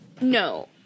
No